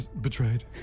Betrayed